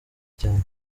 cyane